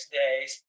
days